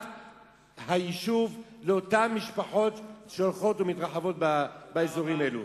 היישוב למשפחות שהולכות ומתרחבות באזורים האלה.